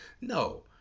No